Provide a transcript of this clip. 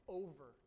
over